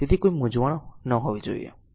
તેથી કોઈ મૂંઝવણ ન હોવી જોઈએ